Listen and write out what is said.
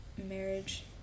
marriage